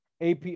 AP